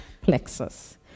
plexus